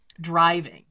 driving